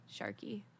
Sharky